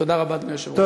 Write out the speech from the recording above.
תודה רבה, אדוני היושב-ראש.